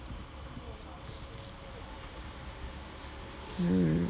hmm